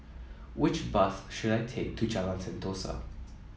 which bus should I take to Jalan Sentosa